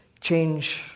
Change